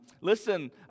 Listen